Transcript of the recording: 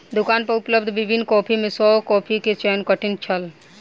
दुकान पर उपलब्ध विभिन्न कॉफ़ी में सॅ कॉफ़ी के चयन कठिन छल